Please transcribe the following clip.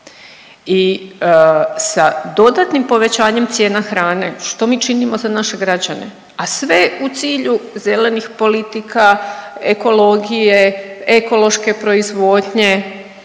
I sa dodatnim povećanjem cijena hrane što mi činimo za naše građane, a sve u cilju zelenih politika, ekologije, ekološke proizvodnje,